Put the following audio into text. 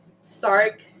Sark